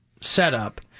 setup